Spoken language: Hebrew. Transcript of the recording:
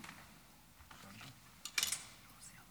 כבוד היושב-ראש,